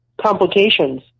complications